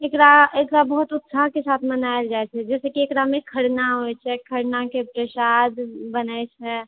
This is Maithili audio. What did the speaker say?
एकरा एकरा बहुत उत्साह के साथ मनायल जाइत अछि जाहिसॅं कि एक़रामे खरना होइ छै खरना के प्रसाद बनै छै